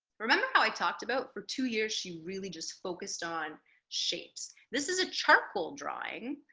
remember how i talked about, for two years, she really just focused on shapes? this is a charcoal drawing,